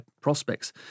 prospects